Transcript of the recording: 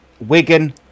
Wigan